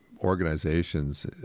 organizations